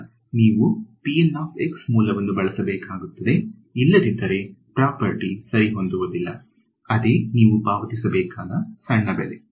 ನೀವು ಮೂಲವನ್ನು ಬಳಸಬೇಕಾಗುತ್ತದೆ ಇಲ್ಲದಿದ್ದರೆ ಪ್ರಾಪರ್ಟಿ ಸರಿ ಹೊಂದುವುದಿಲ್ಲ ಅದೇ ನೀವು ಪಾವತಿಸಬೇಕಾದ ಸಣ್ಣ ಬೆಲೆ